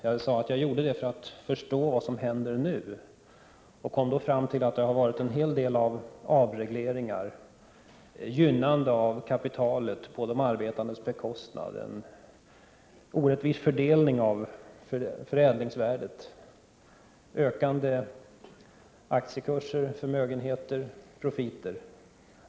Jag sade att jag gjorde det för att förstå vad som händer nu, och jag kom då fram till att det har varit en hel del av avregleringar, gynnande av kapitalet på de arbetandes bekostnad, orättvis fördelning av förädlingsvärdet, ökande aktiekurser, förmögenheter och profiter.